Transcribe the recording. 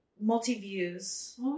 multi-views